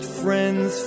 friends